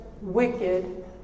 wicked